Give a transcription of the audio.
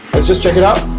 let's just check it out